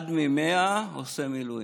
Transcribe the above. אחד ממאה עושה מילואים.